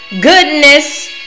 goodness